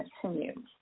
continue